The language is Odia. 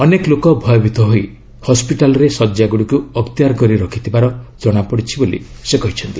ଅନେକ ଲୋକ ଭୟଭୀତ ହୋଇ ହସ୍କିଟାଲରେ ଶଯ୍ୟା ଗୁଡ଼ିକୁ ଅକ୍ତିଆର କରି ରଖିଥିବାର ଜଣାପଡ଼ିଛି ବୋଲି ସେ କହିଛନ୍ତି